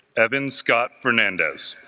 evan scott fernandez,